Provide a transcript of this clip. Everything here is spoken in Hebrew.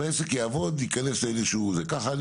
והעסק יעבוד יכנס לאיזשהו --- כך אני